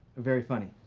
very funny.